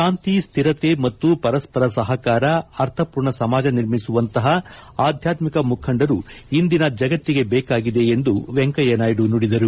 ಶಾಂತಿ ಸ್ಟಿರತೆ ಮತ್ತು ಪರಸ್ಪರ ಸಹಕಾರ ಅರ್ಥಮೂರ್ಣ ಸಮಾಜ ನಿರ್ಮಿಸುವಂತಹ ಆಧ್ಯಾತ್ಮಿಕ ಮುಖಂಡರು ಇಂದಿನ ಜಗತ್ತಿಗೆ ಬೇಕಾಗಿದೆ ಎಂದು ವೆಂಕಯ್ಲ ನಾಯ್ನು ನುಡಿದರು